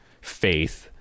faith